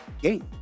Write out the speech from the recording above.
game